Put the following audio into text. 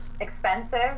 expensive